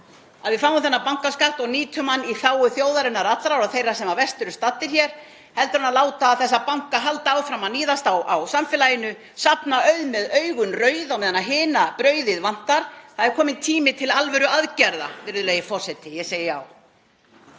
að við fáum þennan bankaskatt og nýtum hann í þágu þjóðarinnar allrar og þeirra sem verst eru staddir hér heldur en að láta þessa banka halda áfram að níðast á samfélaginu, safna auð með augun rauð á meðan hina brauðið vantar. Það er kominn tími til alvöruaðgerða, virðulegi forseti. — Ég segi já.